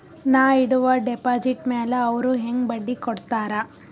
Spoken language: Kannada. ನಾ ಇಡುವ ಡೆಪಾಜಿಟ್ ಮ್ಯಾಲ ಅವ್ರು ಹೆಂಗ ಬಡ್ಡಿ ಕೊಡುತ್ತಾರ?